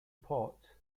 pot